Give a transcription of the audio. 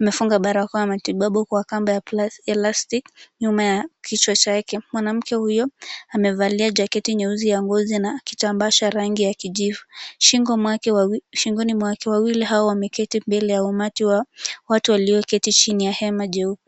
amefunga barakoa ya matibabu kwa kamba ya elastic nyuma ya kichwa chake, mwanamke huyo amevalia jaketi nyeusi ya ngozi na kitambaa cha rangi ya kijivu shingoni mwake, wawili hao wameketi mbele ya umati wa watu walioketi chini ya hema jeupe.